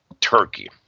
turkey